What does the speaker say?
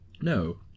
No